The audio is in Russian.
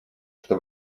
что